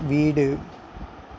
வீடு